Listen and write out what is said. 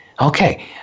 Okay